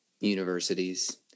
universities